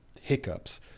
hiccups